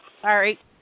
Sorry